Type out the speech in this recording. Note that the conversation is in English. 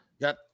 got